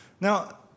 Now